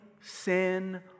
sin